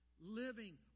living